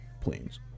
planes